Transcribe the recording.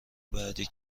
بعدی